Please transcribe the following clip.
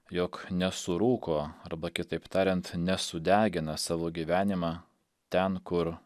jog nesurūko arba kitaip tariant nesudegina savo gyvenimą ten kur